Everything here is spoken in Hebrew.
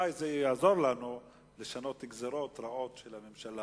כי אולי זה יעזור לנו לשנות גזירות רעות של הממשלה.